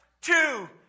two